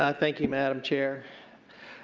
ah thank you, madam chair.